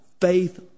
faith